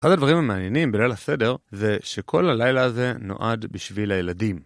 אחד הדברים המעניינים בליל הסדר זה שכל הלילה הזה נועד בשביל הילדים.